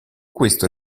questo